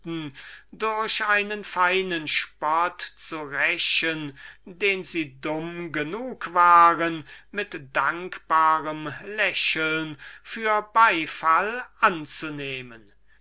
durch einen spott zu rächen den sie dumm genug waren mit dankbarem lächeln für beifall anzunehmen